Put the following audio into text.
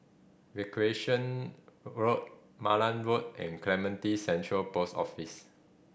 Recreation Road Malan Road and Clementi Central Post Office